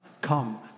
come